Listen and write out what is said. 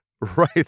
right